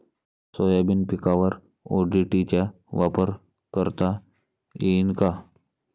Soybean पिकावर ODT चा वापर करता येईन का?